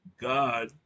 God